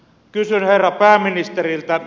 kysyn herra pääministeriltä